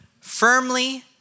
firmly